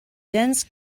dense